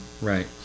Right